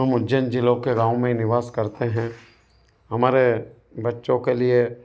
हम उज्जैन जिलों के गाँव में निवास करते हैं हमारे बच्चों के लिए